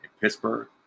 Pittsburgh